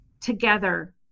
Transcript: together